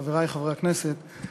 חברי חברי הכנסת,